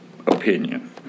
opinion